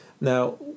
Now